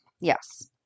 Yes